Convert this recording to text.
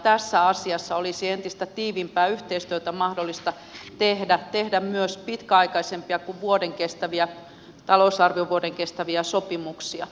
tässä asiassa olisi mahdollista tehdä entistä tiiviimpää yhteistyötä ja tehdä myös pitkäaikaisempia kuin talousarviovuoden kestäviä sopimuksia